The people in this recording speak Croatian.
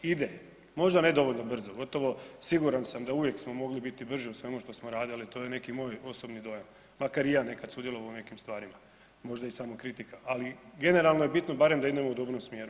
Ide, možda nedovoljno brzo, gotovo siguran sam da uvijek smo mogli biti brži u svemu što smo radili ali to je neki moj osobni dojam, makar i ja nekad sudjelovao u nekim stvarima, možda je i samokritika ali generalno je bitno barem da idemo u dobrom smjeru.